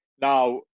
Now